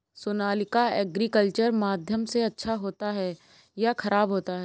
Sonalika agriculture माध्यम से अच्छा होता है या ख़राब होता है?